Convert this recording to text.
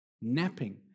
napping